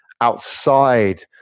outside